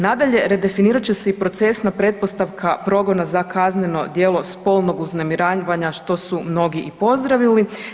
Nadalje, redefinirat će se i procesna pretpostavka progona za kazneno djelo spolnog uznemiravanja što su mnogi i pozdravili.